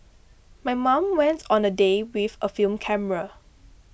my mom went on a day out with a film camera